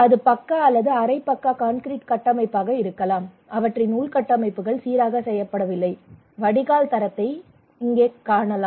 அது பக்கா அல்லது அரை பக்கா கான்கிரீட் கட்டமைப்பாக இருக்கலாம் அவற்றின் உள்கட்டமைப்புகள் சீராக செய்யப்படவில்லை வடிகால் தரத்தை இங்கே காணலாம்